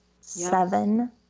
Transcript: Seven